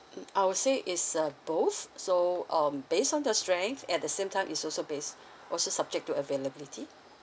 mm I would say is uh both so um based on your strength at the same time is also based also subject to availability